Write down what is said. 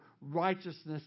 righteousness